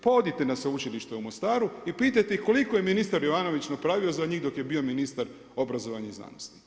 Pa odite na sveučilište u Mostaru i pitajte ih koliko je ministar Jovanović napravio za njih dok je bio ministar obrazovanja i znanosti.